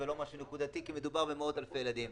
ולא משהו נקודתי כי מדובר במאות אלפי ילדים.